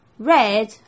Red